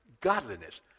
godliness